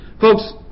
Folks